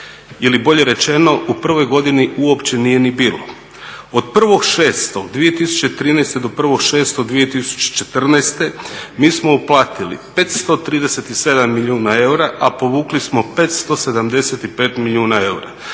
ili bolje rečeno u prvoj godini uopće nije ni bilo. Od 1.6.2013. do 1.6.2014. mi smo uplatili 537 milijuna eura a povukli smo 575 milijuna eura